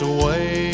away